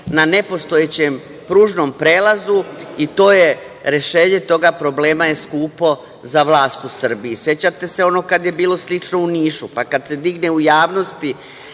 na nepostojećem pružnom prelazu i rešenje tog problema je skupo za vlast u Srbiji.Sećate onog kada je slično bilo u Nišu, pa kada se digne u javnosti